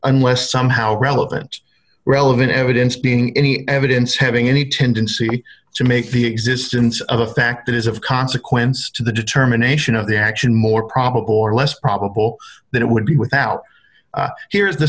unless somehow relevant relevant evidence being any evidence having any tendency to make the existence of a fact is of consequence to the determination of the action more probable or less probable than it would be without here's the